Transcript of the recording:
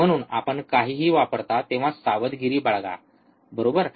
म्हणून आपण काहीही वापरता तेव्हा सावधगिरी बाळगा बरोबर